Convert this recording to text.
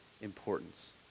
importance